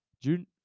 June